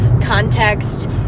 context